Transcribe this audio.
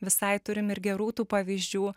visai turim ir gerų tų pavyzdžių